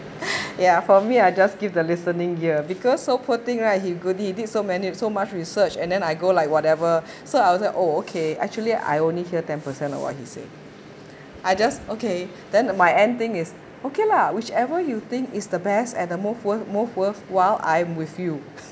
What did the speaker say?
ya for me I just give the listening ear because so poor thing right he go he did so many and so much research and then I go like whatever so I was like oh okay actually I only hear ten percent of what he said I just okay then my end thing is okay lah whichever you think is the best at the move worth move worthwhile I am with you